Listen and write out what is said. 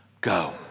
Go